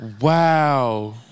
Wow